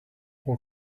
what